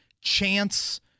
chance